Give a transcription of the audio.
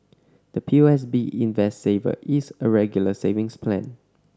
the P O S B Invest Saver is a Regular Savings Plan